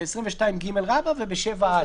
ב-22ג וב-7א.